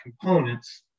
components